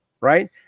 Right